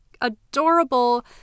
adorable